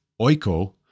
oiko